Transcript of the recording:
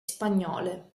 spagnole